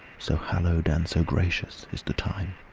so hallow'd and so gracious is the time.